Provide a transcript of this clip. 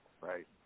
right